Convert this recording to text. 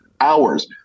hours